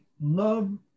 love